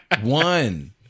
one